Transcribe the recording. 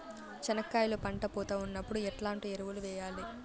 చెనక్కాయలు పంట పూత ఉన్నప్పుడు ఎట్లాంటి ఎరువులు వేయలి?